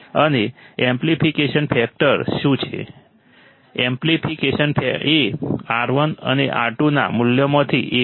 અને amplification factor શું છે એમ્પ્લીફિકેશન એ R1 અને R2 ના મૂલ્યોમાંથી એક છે